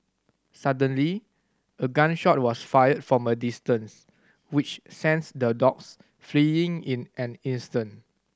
suddenly a gun shot was fired from a distance which sends the dogs fleeing in an instant